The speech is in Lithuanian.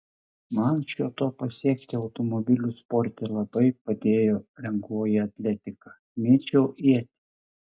man šio to pasiekti automobilių sporte labai padėjo lengvoji atletika mėčiau ietį